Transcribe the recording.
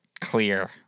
clear